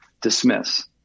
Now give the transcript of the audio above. dismiss